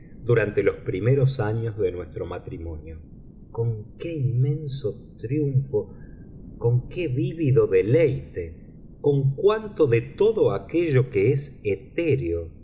durante los primeros años de nuestro matrimonio con qué inmenso triunfo con qué vívido deleite con cuánto de todo aquello que es etéreo